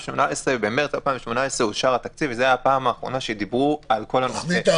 במרץ 2018 אושר התקציב וזאת היתה הפעם האחרונה שדיברו על התוכנית.